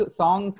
song